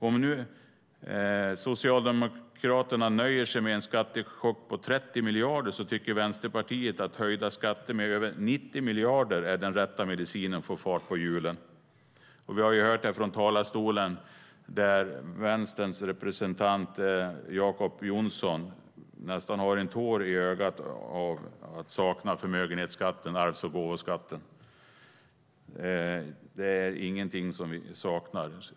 Om nu Socialdemokraterna nöjer sig med en skattechock på 30 miljarder så tycker Vänsterpartiet att höjda skatter med över 90 miljarder är den rätta medicinen för att få fart på hjulen. Och vi har hört här från talarstolen att Vänsterns representant Jacob Johnson nästan har en tår i ögat av att sakna förmögenhetsskatten och arvs och gåvoskatten. Det är ingenting som vi saknar.